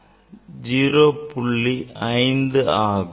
5 ஆகும்